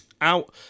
out